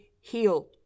heal